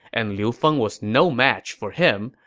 and liu feng was no match for him,